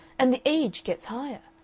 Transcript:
and the age gets higher.